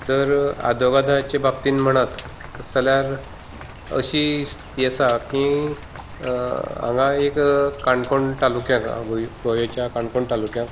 जर आदवोगादाचे बाबतींत म्हणत तशें जाल्यार अशी स्थिती आसा की हांगा एक काणकोण टालुक्यांत आवय गोंयच्या काणकोण टालुक्यांत